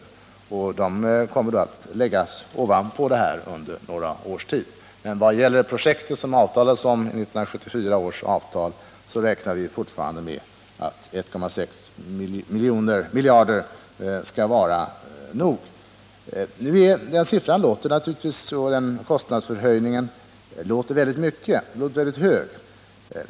De kostnaderna kommer då att läggas ovanpå denna summa under några års tid. Men vad gäller projektet i 1974 års avtal räknar vi fortfarande med att 1,6 miljarder skall vara nog. Den siffran och den kostnadsförhöjningen är naturligtvis något som verkar väldigt högt.